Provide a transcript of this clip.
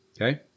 Okay